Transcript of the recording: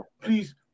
please